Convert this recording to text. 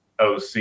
OC